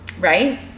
right